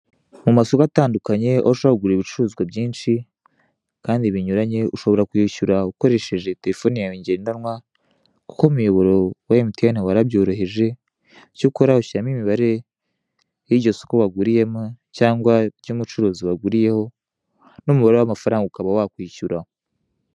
Mu masoko atandukanye, aho ushobora kugura ibicuruzwa byinshi kandi binyuranye, ushobora kwishyura ukoreshejwe telefoni yawe ngendanwa kuko umuyoboro wa emutiyeni warabyohereje, icyo ukora ushyiramo imibare y'iryo soko waguriyemo cyangwa ry'umucuruzi waguriyeho, n'umubare w'amafaranga, ukaba wakwishyura.